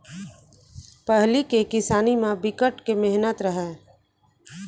पहिली के किसानी म बिकट के मेहनत रहय